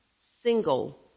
single